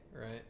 right